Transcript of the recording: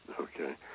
okay